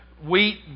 Wheat